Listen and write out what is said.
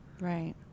Right